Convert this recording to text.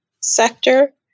sector